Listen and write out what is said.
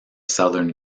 southern